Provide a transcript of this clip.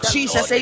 Jesus